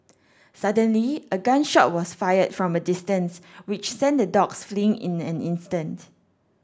suddenly a gun shot was fired from a distance which sent the dogs fleeing in an instant